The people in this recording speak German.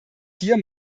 hier